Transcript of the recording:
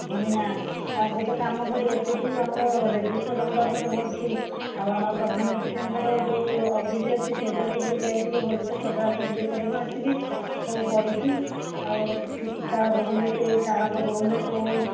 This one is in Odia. ନା ଆଉ ଗୋଟେ କାମ କରିବ ସେ ଯେଉଁ ଆମର ରେଜିଷ୍ଟର ଗୁଡ଼ାକ ସବୁ ଅଛି ଆଉ ଆମର ପ୍ରଧାନଶିକ୍ଷକଙ୍କର ଯେଉଁ ଅଫିସ ଅଛି ସେଇଟାକୁ ବି ଯାଇ ଟିକିଏ ଭଲସେ ସଜାଡ଼ା ସଜଡ଼ି କରିବ ଆସିକି ସବୁ ପଡ଼ିଛି ଆଉ ତା ରୁମ୍ ରେ ସେଇ ସାର୍ ଙ୍କ ରୁମ୍ ରେ ସବୁ